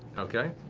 okay.